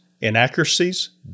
inaccuracies